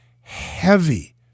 heavy